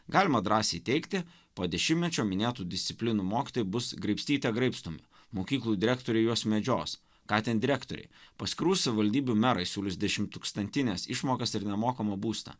galima drąsiai teigti po dešimtmečio minėtų disciplinų mokytojai bus graibstyte graibstomi mokyklų direktoriai juos medžios ką ten direktoriai paskirų savivaldybių merai siūlys dešim tūkstantines išmokas ir nemokamą būstą